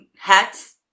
hats